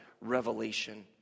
Revelation